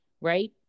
right